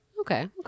Okay